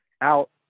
out